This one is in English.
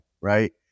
right